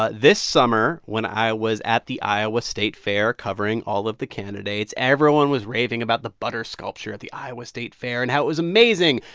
ah this summer, when i was at the iowa state fair covering all of the candidates, everyone was raving about the butter sculpture at the iowa state fair and how it was amazing.